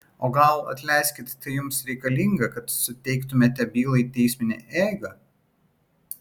o gal atleiskit tai jums reikalinga kad suteiktumėte bylai teisminę eigą